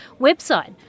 website